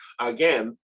Again